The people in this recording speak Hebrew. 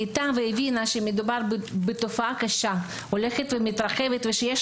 הבינה שמדובר בתופעה קשה שהולכת ומתרחבת ושיש